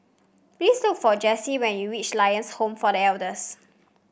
please look for Jesse when you reach Lions Home for The Elders